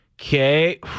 Okay